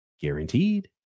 Guaranteed